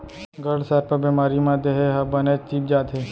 घटसर्प बेमारी म देहे ह बनेच तीप जाथे